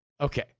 Okay